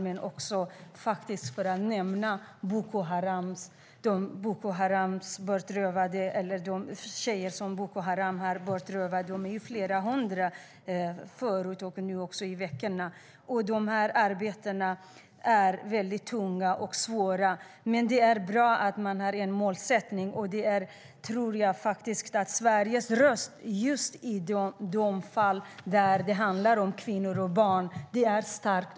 Men jag vill också nämna de tjejer som Boko Haram har rövat bort. De var förut flera hundra, och nu de senaste veckorna har antalet ökat. Dessa arbeten är väldigt tunga och svåra. Men det är bra att det finns en målsättning. Jag tror faktiskt att Sveriges röst, i just de fall som handlar om kvinnor och barn, är stark.